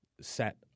set